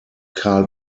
karl